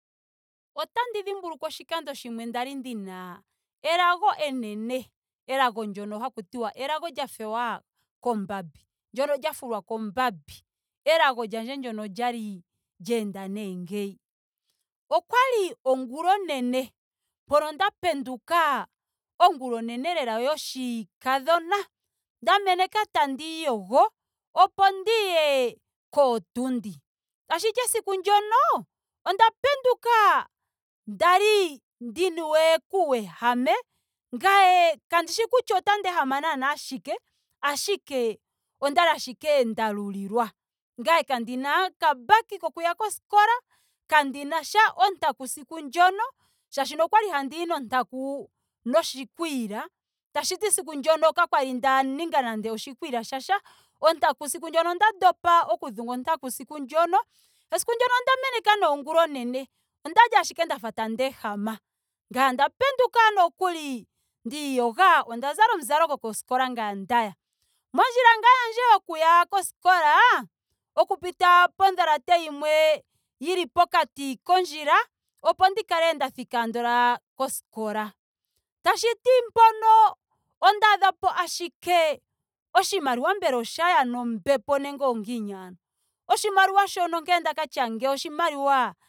Otandi dhimbulukwa oshikando shimwe kwali ndina elago enene. Elago ndyono haku tiwa elago lya fewa kombambi. ndyoka lya fulwa kombambi. Elago lyandje ndyoka okwali lyeenda nee ngeyi:okwali ongula onene. mpono nda penduka ongula onene lela yoshikadhona nda mene tandiiyogo opo ndiye kootundi. Ashike esiku ndyoka onda penduka ndali ndi niwe kuuwehame. ngame kandishi kutya otandi ehama naana shike. ashike okwali ashike nda lulilwa. Ngame kandina okambaki kokuya koskola. kandinasha ontaku esiku ndyono. Molwaashoka okwali handiyi nontaku noshikwiila. Tashiti esiku ndyono kakwali nda ninga nando oshikwila shasha. esiku ndyono onda ndopa oku dhunga ontaku esiku ndyono. Esiku ndyono onda meneka nee ongula onene. Okwali ashike ndafa tandi ehama. Ngame onda penduka nokuli ndiiyoga. onda zala omuzalo gokoskola ngame ondaya. Mondjila ngaa yandje yokuya koskola. oku pita podhalate yimwe yili pokati kondjila opo ndi kale nda thika andola koskola. Tashiti mpono ondaadhapo ashike oshimaliwa mbele shaya nombepo nenge ongiini ano. oshimaliwa shono nkene ndaka lya ngeyi oshimaliwa